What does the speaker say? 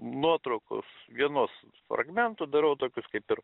nuotraukos vienos fragmentų darau tokius kaip ir